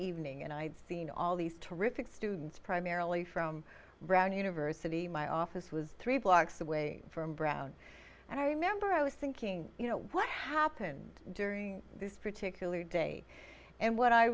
evening and i had seen all these terrific students primarily from brown university my office was three blocks away from brown and i remember i was thinking you know what happened during this particular day and what i